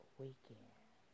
weekend